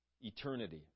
Eternity